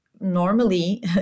normally